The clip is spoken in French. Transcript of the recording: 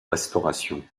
restauration